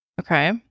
Okay